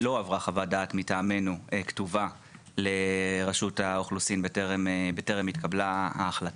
לא הועברה חוות דעת כתובה מטעמנו לרשות האוכלוסין בטרם התקבלה ההחלטה.